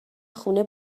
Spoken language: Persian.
خونه